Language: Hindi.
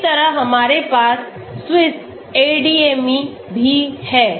इसी तरह हमारे पास SwissADME भी है